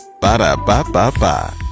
Ba-da-ba-ba-ba